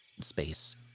space